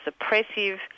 suppressive